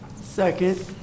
Second